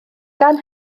gan